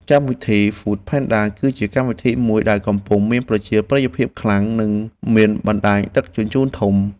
កម្មវិធីហ្វូតផេនដា គឺជាកម្មវិធីមួយដែលកំពុងមានប្រជាប្រិយភាពខ្លាំង និងមានបណ្ដាញដឹកជញ្ជូនធំ។